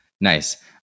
Nice